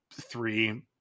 three